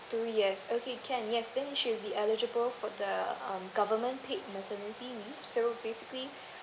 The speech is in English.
two years okay can yes then she'll be eligible for the um government paid maternity leaves so basically